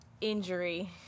Injury